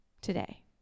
today